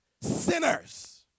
sinners